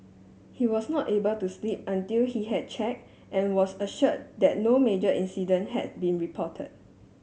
he was not able to sleep until he had check and was assured that no major incident had been reported